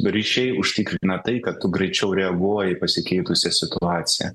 ryšiai užtikrina tai kad tu greičiau reaguoja į pasikeitusią situaciją